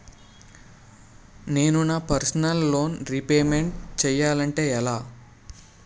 నేను నా personal loan repayment చేయాలంటే ఎలా?